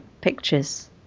pictures